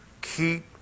Keep